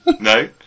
No